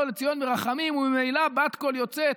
לציון ברחמים וממילא בת קול יוצאת,